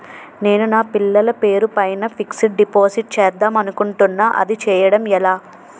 నేను నా పిల్లల పేరు పైన ఫిక్సడ్ డిపాజిట్ చేద్దాం అనుకుంటున్నా అది చేయడం ఎలా?